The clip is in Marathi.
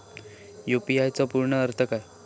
यू.पी.आय चो पूर्ण अर्थ काय?